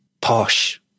posh